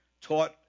taught